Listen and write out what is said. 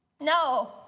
No